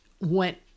went